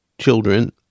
children